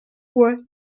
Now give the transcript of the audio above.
were